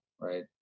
Right